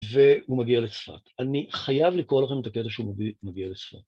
והוא מגיע לצפת, אני חייב לקרוא לכם את הקטע שהוא מגיע לצפת.